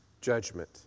judgment